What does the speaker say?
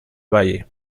valle